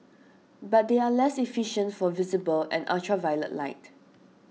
but they are less efficient for visible and ultraviolet light